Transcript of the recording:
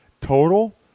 total